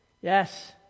Yes